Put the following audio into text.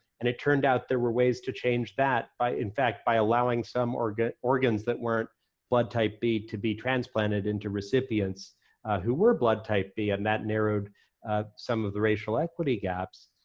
and it turned out there were ways to change that, in fact, by allowing some organs organs that weren't blood type b to be transplanted into recipients who were blood type b, and that narrowed some of the racial equity gaps.